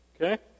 Okay